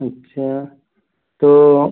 अच्छा तो